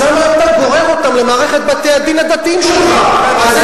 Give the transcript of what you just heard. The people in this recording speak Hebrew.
אז למה אתה גורר אותם למערכת בתי-הדין הדתיים שלך?